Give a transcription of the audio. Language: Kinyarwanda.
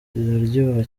ziraryoha